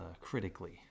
critically